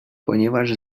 ponieważ